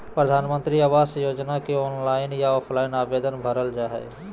प्रधानमंत्री आवास योजना के ऑनलाइन या ऑफलाइन आवेदन भरल जा हइ